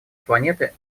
планеты